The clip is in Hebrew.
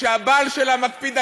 שהבעל שלה מקפיד,